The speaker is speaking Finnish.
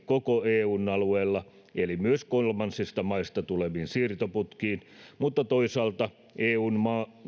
koko eun alueella eli myös kolmansista maista tuleviin siirtoputkiin mutta toisaalta eun